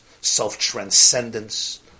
self-transcendence